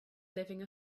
living